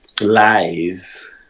lies